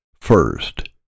First